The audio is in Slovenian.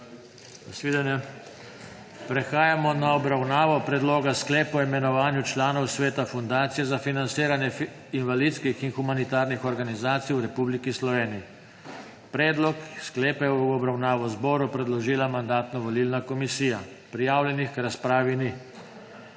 Prehajamo na obravnavo Predloga sklepa o imenovanju članov Sveta Fundacije za financiranje invalidskih in humanitarnih organizacij v Republiki Sloveniji. Predlog sklepa je v obravnavo zboru predložila Mandatno-volilna komisija. Prijavljenih k razpravi ni.